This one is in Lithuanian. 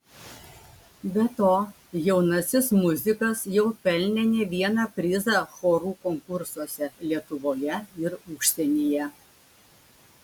be to jaunasis muzikas jau pelnė ne vieną prizą chorų konkursuose lietuvoje ir užsienyje